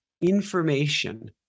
information